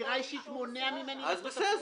מסירה אישית מונע ממני ------ אז בסדר,